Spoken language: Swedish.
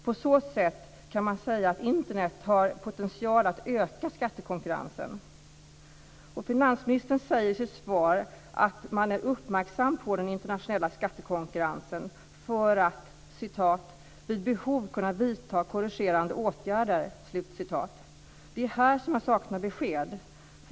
På så sätt kan man säga att Internet har en potential att öka skattekonkurrensen. Finansministern sade i sitt svar att man är uppmärksam på den internationella skattekonkurrensen för att "vid behov kunna vidta korrigerande åtgärder". Det är här som jag saknar besked.